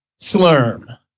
Slurm